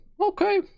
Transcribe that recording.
okay